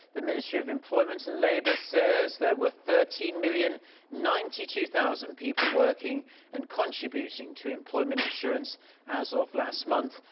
the ministry of employment and labor says there were thirteen million ninety two thousand people working and contributing to employment insurance as of last month.